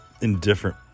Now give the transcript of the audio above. Indifferent